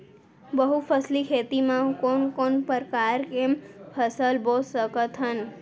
बहुफसली खेती मा कोन कोन प्रकार के फसल बो सकत हन?